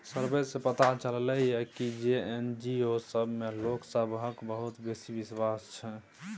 survey सँ पता चलले ये की जे एन.जी.ओ सब मे लोक सबहक बहुत बेसी बिश्वास छै